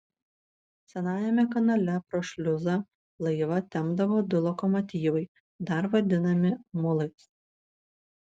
senajame kanale pro šliuzą laivą tempdavo du lokomotyvai dar vadinami mulais